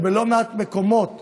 שבלא מעט מקומות